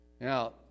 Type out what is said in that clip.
Now